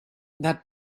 that